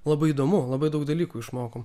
labai įdomu labai daug dalykų išmokom